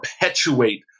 perpetuate